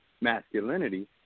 masculinity